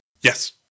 Yes